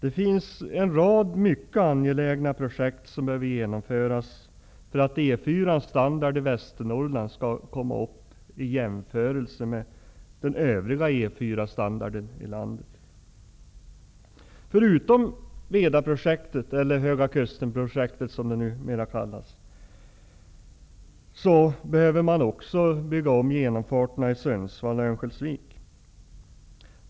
En rad mycket angelägna projekt behöver genomföras för att E 4 ns standard i Västernorrland skall bli i jämförelse med standarden i övriga landet. Förutom Vedaprojektet -- eller Höga kustenprojektet, som det nu kallas -- behöver man bygga om genomfarterna i Sundsvall och Örnsköldsvik.